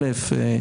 א',